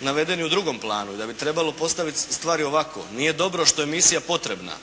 navedeni u drugom planu i da bi trebalo postaviti stvari ovako. Nije dobro što je misija potrebna,